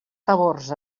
favors